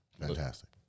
fantastic